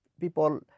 people